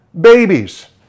babies